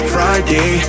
Friday